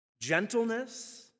Gentleness